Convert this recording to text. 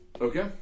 okay